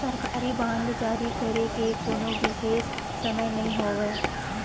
सरकारी बांड जारी करे के कोनो बिसेस समय नइ होवय